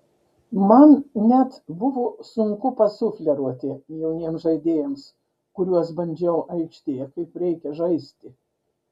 man net buvo sunku pasufleruoti jauniems žaidėjams kuriuos bandžiau aikštėje kaip reikia žaisti